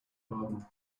pardon